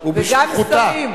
גם שרים,